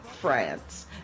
France